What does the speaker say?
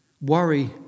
worry